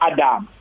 Adam